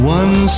one